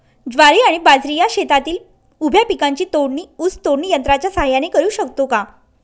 ज्वारी आणि बाजरी या शेतातील उभ्या पिकांची तोडणी ऊस तोडणी यंत्राच्या सहाय्याने करु शकतो का?